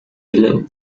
below